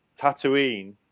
Tatooine